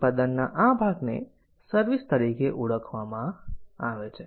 ઉત્પાદનના આ ભાગને સર્વિસ તરીકે ઓળખવામાં આવે છે